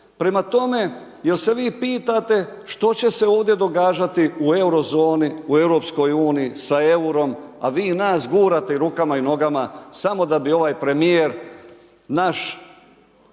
Prema tome, jel se vi pitate što će se ovdje događati u Eurozoni, u EU, sa EUR-om, a vi nas gurate i rukama i nogama, samo da bi ovaj premijer naš